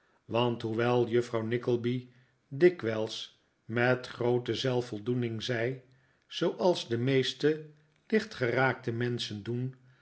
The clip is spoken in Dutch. want hoewel juffrouw nickleby dikwijls met groote zelfvoldoening zei zooals de meeste lichtgeraakte menschen doen